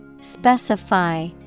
Specify